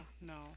no